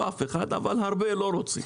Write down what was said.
אני